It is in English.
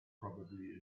probably